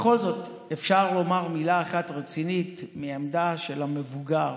בכל זאת אפשר לומר מילה אחת רצינית מהעמדה של המבוגר: